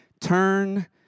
turn